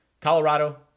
Colorado